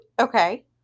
Okay